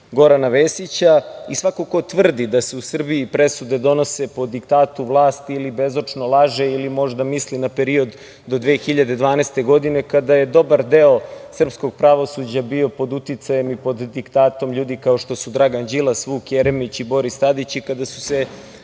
Gorana Vesića. Svako ko tvrdi da se u Srbiji presude donose po diktatu vlasti ili bezočno laže ili možda misli na period do 2012. godine kada je dobar deo srpskog pravosuđa bio pod uticajem i pod diktatom ljudi, kao što su Dragan Đilas, Vuk Jeremić i Boris Tadić, i kada su se